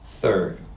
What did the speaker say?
third